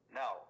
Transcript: no